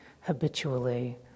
habitually